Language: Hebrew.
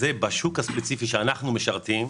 המדובר, בשוק הספציפי שאנחנו משרתים,